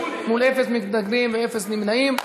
אין מתנגדים ואין נמנעים.